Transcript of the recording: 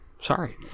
sorry